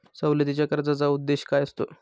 सवलतीच्या कर्जाचा उद्देश काय असतो?